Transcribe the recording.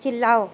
چلاؤ